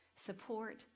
support